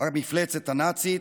המפלצת הנאצית,